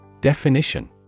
Definition